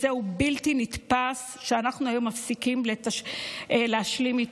זה מצב בלתי נתפס שאנחנו היום מפסיקים להשלים איתו.